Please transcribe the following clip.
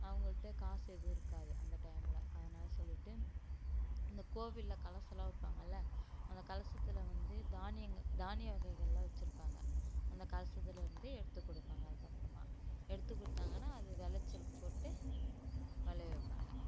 அவங்கள்ட்ட காசு எதுவும் இருக்காது அந்த டைமில் அதனால சொல்லிட்டு அந்த கோவிலில் கலசமெல்லாம் வைப்பாங்கல்ல அந்த கலசத்தில் வந்து தானியங்கள் தானிய வகைகளெலாம் வச்சுருப்பாங்க அந்த கலசத்தில் இருந்து எடுத்து கொடுப்பாங்க அதுக்கப்புறமா எடுத்து கொடுத்தாங்கனா அது விளைச்சலுக்கு போட்டு விளைய வைப்பாங்க